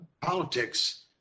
politics